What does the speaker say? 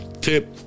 Tip